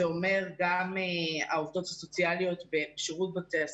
זה אומר גם העובדות הסוציאליות בשירות בתי הסוהר,